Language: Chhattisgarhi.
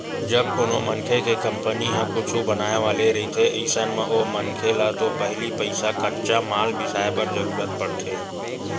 जब कोनो मनखे के कंपनी ह कुछु बनाय वाले रहिथे अइसन म ओ मनखे ल तो पहिली पइसा कच्चा माल बिसाय बर जरुरत पड़थे